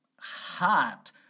hot